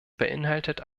beinhaltet